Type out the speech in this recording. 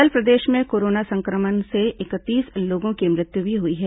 कल प्रदेश में कोरोना संक्रमण से इकतीस लोगों की मृत्यु भी हुई है